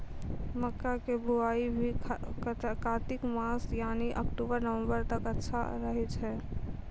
मक्का के बुआई भी कातिक मास यानी अक्टूबर नवंबर तक अच्छा रहय छै